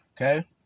Okay